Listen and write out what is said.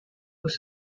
was